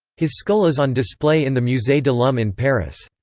his skull is on display in the musee de l'homme in paris.